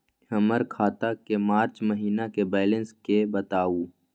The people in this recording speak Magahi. हमर खाता के मार्च महीने के बैलेंस के बताऊ?